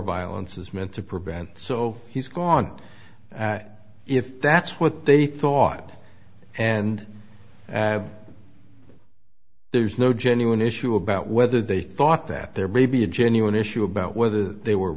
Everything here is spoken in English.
violence is meant to prevent so he's gone if that's what they thought and there's no genuine issue about whether they thought that there may be a genuine issue about whether they were